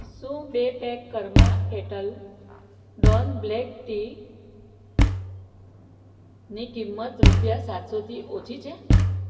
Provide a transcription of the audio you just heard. શું બે pack Karma Kettle Don black ટીની કિંમત રૂપિયા સાતસોથી ઓછી છે